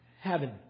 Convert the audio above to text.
heaven